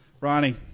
Ronnie